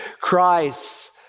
Christ